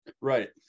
right